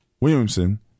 Williamson